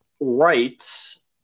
rights